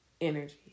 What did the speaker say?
energy